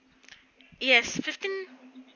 yes fifteen